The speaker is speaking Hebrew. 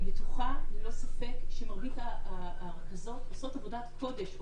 אני בטוחה ללא ספק שמרבית הרכזות עושות עבודת קודש,